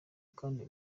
kandi